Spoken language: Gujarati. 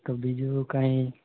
તો બીજું કાંઈ